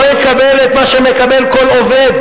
לא יקבל את מה שמקבל כל עובד.